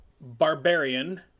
barbarian